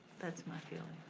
that's my feeling.